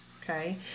Okay